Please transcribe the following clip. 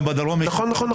גם בדרום יש -- נכון נכון,